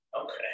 Okay